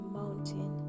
mountain